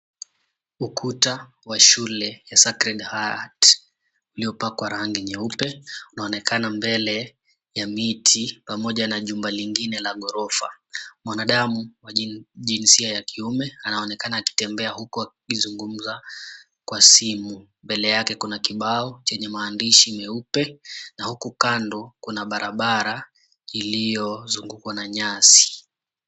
Ukuta wa Shule ya Sacred Heart uliopakwa rangi nyeupe unaonekana mbele ya miti pamoja na jumba jingine la ghorofa. Mwanadamu wa jinsia ya kiume anaonekana akitembea huku akizungumza kwa simu. Mbele yake kuna kibao chenye maandishi na huko kando kuna barabara zilizozungukwa na nyasi.